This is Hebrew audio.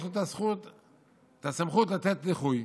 יש לו את הסמכות לתת דיחוי.